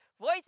voice